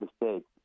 mistakes